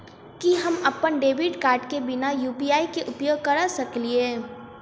की हम अप्पन debit card केँ बिना यु.पी.आई केँ उपयोग करऽ सकलिये?